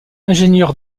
ingénieur